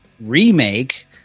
remake